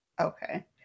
Okay